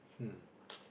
hmm